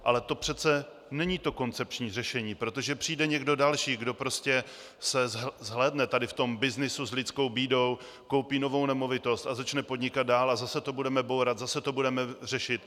Ale to přece není koncepční řešení, protože přijde někdo další, kdo prostě se zhlédne v tomhle byznysu s lidskou bídou, koupí novou nemovitost a začne podnikat dál, a zase to budeme bourat, zase to budeme řešit.